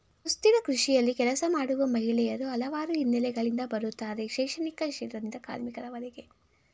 ಸುಸ್ಥಿರ ಕೃಷಿಯಲ್ಲಿ ಕೆಲಸ ಮಾಡುವ ಮಹಿಳೆಯರು ಹಲವಾರು ಹಿನ್ನೆಲೆಗಳಿಂದ ಬರುತ್ತಾರೆ ಶೈಕ್ಷಣಿಕ ಕ್ಷೇತ್ರದಿಂದ ಕಾರ್ಮಿಕರವರೆಗೆ